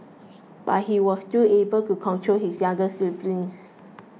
but he was still able to control his younger siblings